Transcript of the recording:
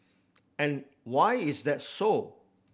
and why is that so